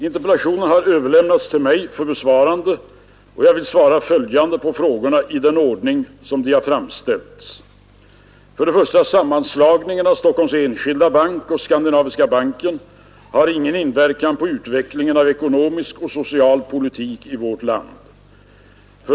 Interpellationen har överlämnats till mig för besvarande och jag vill svara följande på frågorna i den ordning de framställts: 1) Sammanslagningen av Stockholms enskilda bank och Skandinaviska banken har ingen inverkan på utvecklingen av ekonomisk och social politik i vårt land.